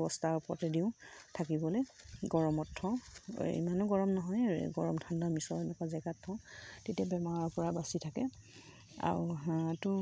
বস্তাৰ ওপৰতে দিওঁ থাকিবলৈ গৰমত থওঁ এই ইমানো গৰম নহয় গৰম ঠাণ্ডা মিশ্ৰনৰ এনেকুৱা জেগাত থওঁ তেতিয়া বেমাৰৰপৰা বাচি থাকে আৰু